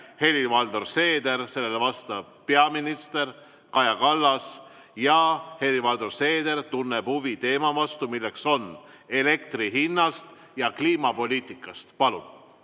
Helir-Valdor Seeder, vastab peaminister Kaja Kallas. Helir-Valdor Seeder tunneb huvi teema vastu, milleks on elektri hind ja kliimapoliitika. Palun!